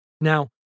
Now